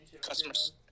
customers